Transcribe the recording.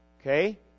Okay